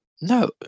No